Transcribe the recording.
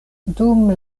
dum